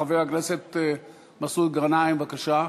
חבר הכנסת מסעוד גנאים, בבקשה.